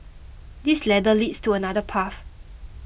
this ladder leads to another path